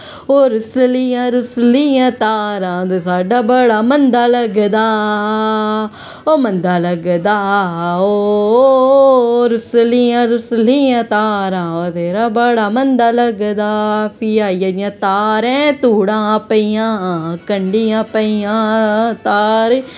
ओ रौंसलियां रौंसलियां धारां ते साढ़ा बड़ा मंदा लगदा ओह् मदां लगदा ओ हे हे ओ रौंसलियां रौंसलियां धारां ओह् तेरा बड़ा मंदा लगदा फ्ही आई गेआ जियां धारें धूड़ा पेइयां कंढियै पेइयां धारें